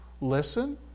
listen